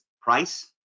price